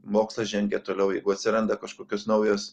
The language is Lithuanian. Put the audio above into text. mokslas žengia toliau jeigu atsiranda kažkokios naujos